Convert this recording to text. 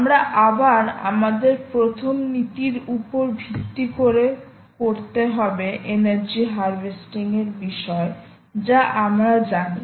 আমরা আবার আমাদের প্রথম নীতির উপর ভিত্তি করে করতে হবে এনার্জি হারভেস্টিং এর বিষয়ে যা আমরা জানি